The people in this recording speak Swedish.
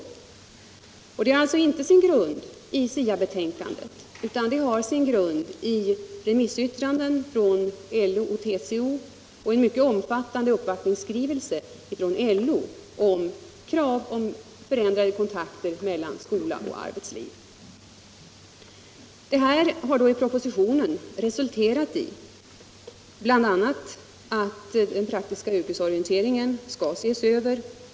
Detta kapitel har alltså inte sin grund i SIA-betänkandet, utan det har sin grund i remissyttranden från LO och TCO och en mycket omfattande uppvaktningsskrivelse från LO med krav på förbättrade kontakter mellan skola och arbetsliv. Det här har i propositionen bl.a. resulterat i att den praktiska yrkesorienteringen skall ses över.